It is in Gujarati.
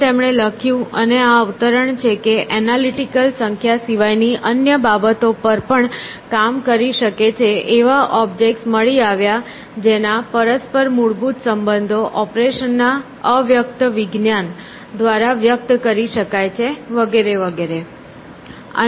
અને તેમણે લખ્યું અને આ અવતરણ છે કે એનાલિટિકલ સંખ્યા સિવાયની અન્ય બાબતો પર પણ કામ કરી શકે છે એવા ઓબ્જેક્ટ્સ મળી આવ્યા જેના પરસ્પર મૂળભૂત સંબંધો ઓપરેશનના અવ્યક્ત વિજ્ઞાન દ્વારા વ્યક્ત કરી શકાય છે વગેરે વગેરે